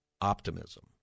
optimism